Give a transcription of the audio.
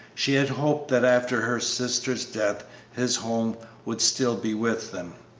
she had hoped that after her sister's death his home would still be with them.